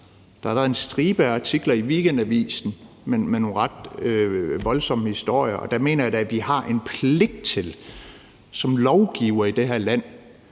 Der har været en stribe af artikler i Weekendavisen med nogle ret voldsomme historier, og der mener jeg da at vi har en pligt til som lovgivere i det her land